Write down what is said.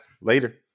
Later